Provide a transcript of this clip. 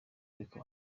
ariko